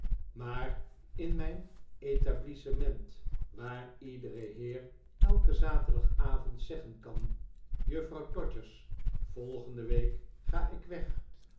maar in mijn etablissement waar iedere heer elken zaterdagavond zeggen kan juffrouw todgers volgende week ga ik weg